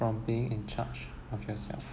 from being in charge of yourself